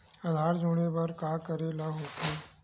आधार जोड़े बर का करे ला होथे?